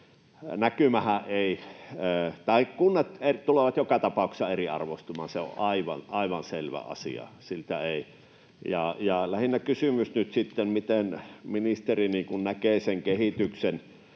Kunnat tulevat joka tapauksessa eriarvoistumaan, se on aivan selvä asia, ja lähinnä kysyn nyt sitten, miten ministeri näkee sen kehityksen.